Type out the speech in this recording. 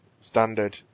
standard